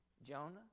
Jonah